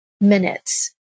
minutes